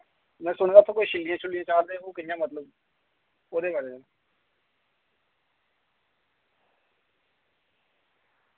में सुने दा उत्थैं कोई शिल्लियां शुल्लियां चाढ़ दे ओह् कि'यां मतलब ओह्दे बारे